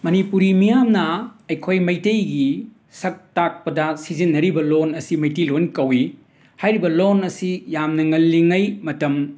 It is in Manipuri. ꯃꯅꯤꯄꯨꯔꯤ ꯃꯤꯌꯥꯝꯅ ꯑꯩꯈꯣꯏ ꯃꯩꯇꯩꯒꯤ ꯁꯛ ꯇꯥꯛꯄꯗ ꯁꯤꯖꯤꯅꯔꯤꯕ ꯂꯣꯟ ꯑꯁꯤ ꯃꯩꯇꯩꯂꯣꯟ ꯀꯧꯏ ꯍꯥꯏꯔꯤꯕ ꯂꯣꯟ ꯑꯁꯤ ꯌꯥꯝꯅ ꯉꯜꯂꯤꯉꯩ ꯃꯇꯝ